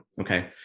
Okay